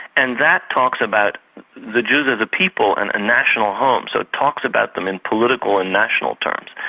and that talks about the dues of the people and ah national home, so it talks about them in political and national terms.